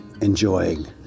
enjoying